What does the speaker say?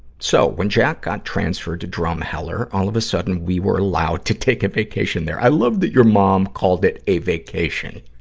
so, when jack got transferred to drumheller, all of a sudden, we were allowed to take a vacation there i love that your mom called it a vacation.